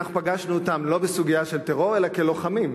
אנחנו פגשנו אותם לא בסוגיה של טרור אלא כלוחמים,